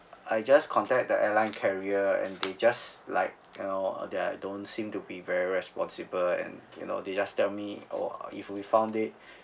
I just contact the airline carrier and they just like you know uh that I don't seem to be very responsible and you know they just tell me you know uh if we found it